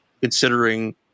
considering